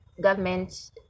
government